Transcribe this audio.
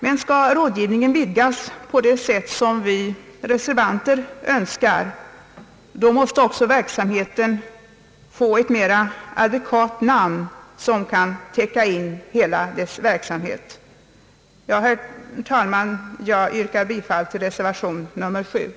Men skall rådgivningen vidgas på det sätt som vi reservanter önskar, då måste också verksamheten få ett mera adekvat namn som kan täcka in den helt. Herr talman! Jag yrkar bifall till reservationen.